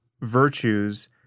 virtues